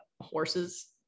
horses